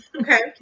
Okay